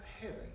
heaven